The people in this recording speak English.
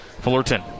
Fullerton